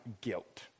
guilt